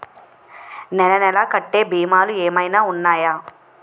నెల నెల కట్టే భీమాలు ఏమైనా ఉన్నాయా?